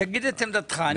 תגיד את עמדתך,